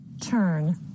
Turn